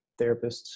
therapists